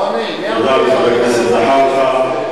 ראש הממשלה הוא האחראי,